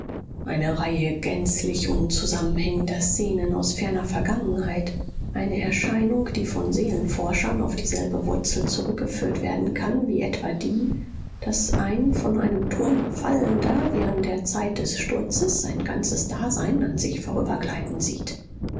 eine reihe gänzlich unzusammenhängender szenen aus ferner vergangenheit eine erscheinung die von seelenforschern auf dieselbe wurzel zurückgeführt werden kann wie etwa die daß ein von einem turm fallender während der zeit des sturzes sein ganzes dasein an sich vorübergleiten sieht